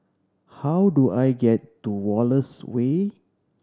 how do I get to Wallace Way